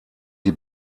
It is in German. die